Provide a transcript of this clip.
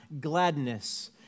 gladness